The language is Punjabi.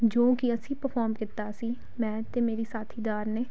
ਜੋ ਕਿ ਅਸੀਂ ਪ੍ਰਫੋਰਮ ਕੀਤਾ ਸੀ ਮੈਂ ਅਤੇ ਮੇਰੀ ਸਾਥੀਦਾਰ ਨੇ